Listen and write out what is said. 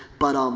but,